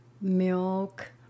milk